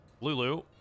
Lulu